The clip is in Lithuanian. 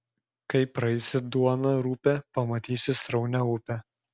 kai praeisi duoną rupią pamatysi sraunią upę